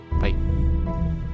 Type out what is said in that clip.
Bye